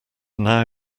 now